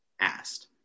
asked